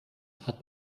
hat